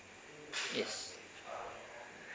yes